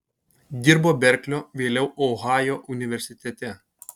dirbo berklio vėliau ohajo universitete